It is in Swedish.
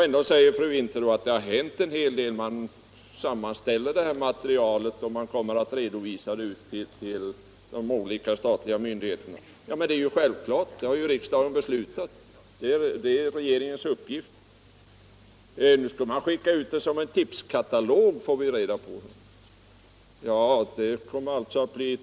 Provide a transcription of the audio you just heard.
Ändå säger fru Winther att det har hänt en hel del. Hon säger att man skall sammanställa detta material och redovisa det för de olika statliga myndigheterna. Ja, men det är ju självklart, för det har riksdagen beslutat. Det är alltså regeringens uppgift. Nu får vi veta att materialet skall skickas ut som en tipskatalog.